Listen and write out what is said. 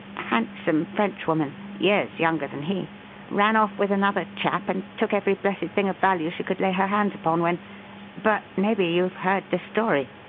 handsome french woman years younger than he ran off with another chap and took every blessed thing of value she could lay her hands upon when but maybe you've heard the story?